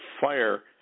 fire